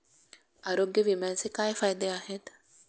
आरोग्य विम्याचे काय फायदे आहेत?